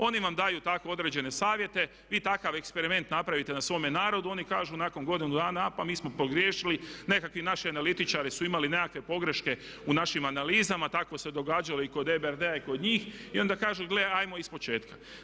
Oni vam daju tako određene savjete, vi takav eksperiment napravite na svome narodu, oni kažu nakon godinu dana pa mi smo pogriješili, nekakvi naši analitičari su imali nekakve pogreške u našim analizama tako se događalo i kod EBD-a i kod njih i onda kažu gle ajmo ispočetka.